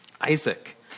Isaac